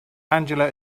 angela